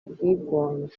bwigunge